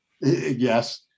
Yes